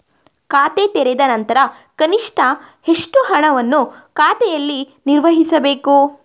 ಖಾತೆ ತೆರೆದ ನಂತರ ಕನಿಷ್ಠ ಎಷ್ಟು ಹಣವನ್ನು ಖಾತೆಯಲ್ಲಿ ನಿರ್ವಹಿಸಬೇಕು?